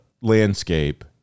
landscape